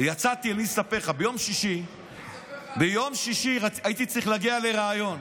אני אספר לך, ביום שישי הייתי צריך להגיע לריאיון.